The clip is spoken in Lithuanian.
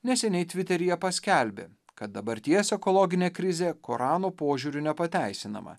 neseniai tviteryje paskelbė kad dabarties ekologinė krizė korano požiūriu nepateisinama